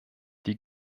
die